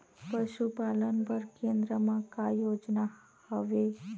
पशुपालन बर केन्द्र म का योजना हवे?